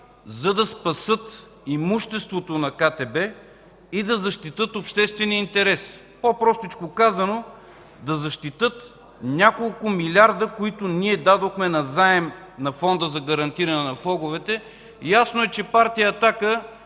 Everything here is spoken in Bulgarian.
за да спасят имуществото на КТБ и да защитят обществения интерес. По-простичко казано – да защитят няколко милиарда, които ние дадохме назаем на Фонда за гарантиране на влоговете. Ясно е, че Партия „Атака”